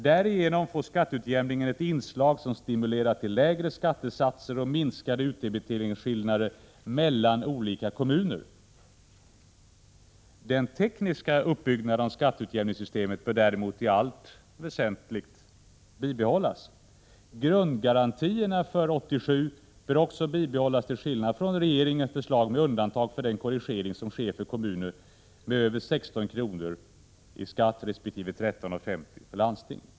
Därigenom får skatteutjämningen ett inslag som stimulerar till lägre skattesatser och minskade utdebiteringsskillnader mellan olika kommuner. Den tekniska uppbyggnaden av skatteutjämningssystemet bör däremot i allt väsentligt bibehållas. Grundgarantierna för 1987 bör också bibehållas, till skillnad från regeringens förslag, med undantag av den korrigering som sker för kommuner med över 16 kr. resp. landsting med över 13:50 i utdebitering.